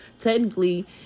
technically